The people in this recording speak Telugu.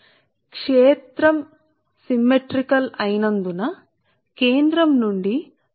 క్ట్రెత్రం సౌష్టవం గా క్ట్రెత్రం పూర్తిగా సౌష్టవం గా ఉన్నందున ప్రతి ప్రతి పాయింట్ దశ లోను H x H x స్థిరం గా ఉంటుంది